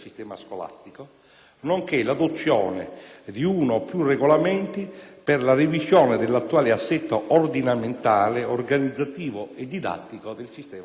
nonché l'adozione di uno o più regolamenti per la revisione dell'attuale assetto ordinamentale, organizzativo e didattico del sistema scolastico.